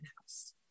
house